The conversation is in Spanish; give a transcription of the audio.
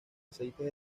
aceites